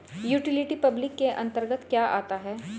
Utility public के अंतर्गत क्या आता है?